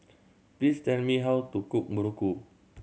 please tell me how to cook muruku